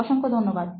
অসংখ্য ধন্যবাদ